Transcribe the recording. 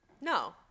No